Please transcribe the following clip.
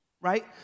Right